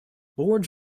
boards